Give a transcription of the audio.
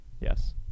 yes